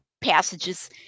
passages